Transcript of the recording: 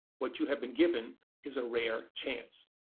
what you have been given is a rare chance.